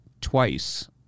twice